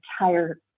entire